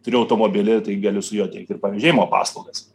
turi automobilį tai gali su juo teikt ir pavėžėjimo paslaugas